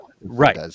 Right